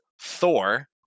Thor